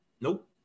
Nope